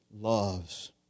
loves